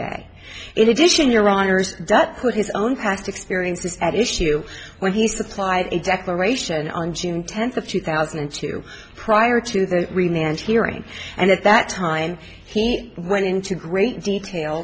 y in addition your honour's put his own past experiences at issue when he supplied a declaration on june tenth of two thousand and two prior to the hearing and at that time he went into great detail